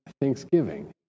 Thanksgiving